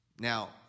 Now